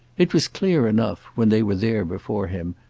it was clear enough, when they were there before him,